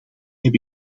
heb